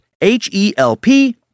H-E-L-P